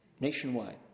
nationwide